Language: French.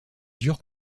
dures